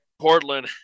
portland